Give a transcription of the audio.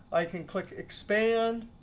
i can click expand,